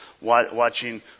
watching